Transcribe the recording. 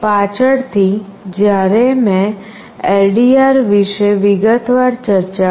પાછળથી જ્યારે મેં LDR વિશે વિગતવાર ચર્ચા કરી